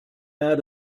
out